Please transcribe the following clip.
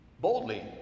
Boldly